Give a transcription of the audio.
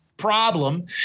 problem